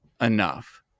enough